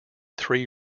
three